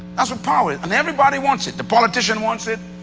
that's what power is, and everybody wants it. the politician wants it,